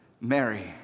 Mary